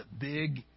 big